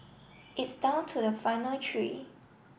it's down to the final three